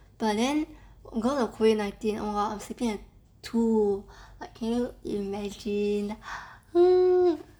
but then cause of COVID nineteen oh um I'm sleeping at two like can you imagine oh